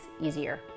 easier